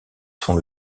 sont